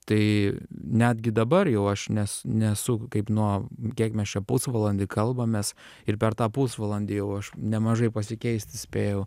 tai netgi dabar jau aš nes nesu kaip nuo kiek mes čia pusvalandį kalbamės ir per tą pusvalandį jau aš nemažai pasikeist spėjau